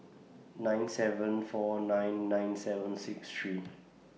nine seven four nine nine seven six three